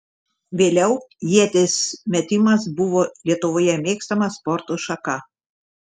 vėliau ieties metimas buvo lietuvoje mėgstama sporto šaka